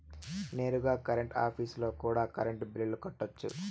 నేరుగా కరెంట్ ఆఫీస్లో కూడా కరెంటు బిల్లులు కట్టొచ్చు